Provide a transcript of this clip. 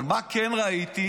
אבל מה כן ראיתי,